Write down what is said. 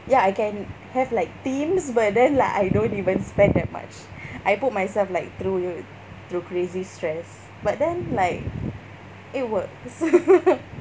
ya I can have like themes but then like I don't even spend that much I put myself like through through crazy stress but then like it works